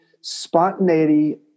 spontaneity